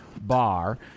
bar